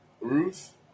Ruth